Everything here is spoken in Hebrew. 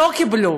לא קיבלו.